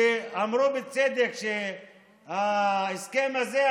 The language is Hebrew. שאמרו בצדק שההסכם הזה,